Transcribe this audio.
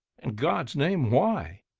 in god's name, why?